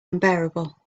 unbearable